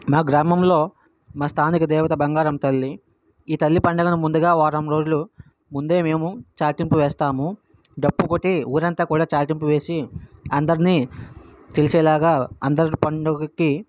మా గ్రామంలో మా స్థానిక దేవత బంగారమ్మ తల్లి ఈ తల్లి పండగను ముందుగా వారం రోజులు ముందే మేము చాటింపు వేస్తాము డప్పు కొట్టి ఊరంతా కూడా చాటింపు వేసి అందరినీ తెలిసేలాగా అందరి పండుగకి